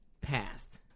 past